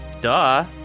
Duh